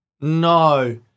No